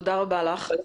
תודה רבה לך.